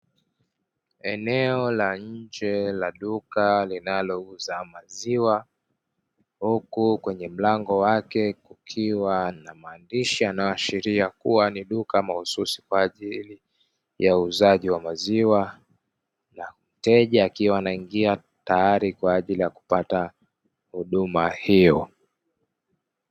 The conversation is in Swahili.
Eneno la nje la duka linalouza maziwa, huku kwenye mlango wake kukiwa na maandishi yanayoashiria kuwa ni duka mahususi kwa ajili ya uuzaji wa maziwa. Na mteja akiwa anaingia tayari kwa ajili ya kupata huduma hiyo.